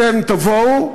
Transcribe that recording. אתם תבואו,